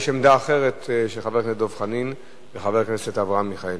יש עמדה אחרת של חבר הכנסת דב חנין ושל חבר הכנסת אברהם מיכאלי.